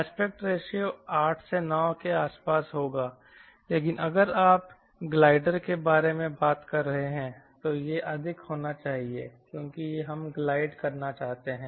aspect ratio 8 9 के आसपास होगा लेकिन अगर आप ग्लाइडर के बारे में बात कर रहे हैं तो यह अधिक होना चाहिए क्योंकि हम ग्लाइड करना चाहते हैं